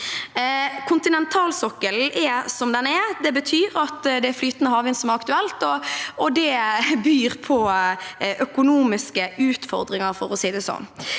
Kontinentalsokkelen er som den er. Det betyr at det er flytende havvind som er aktuelt, og det byr på økonomiske utfordringer,